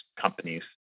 companies